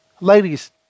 ladies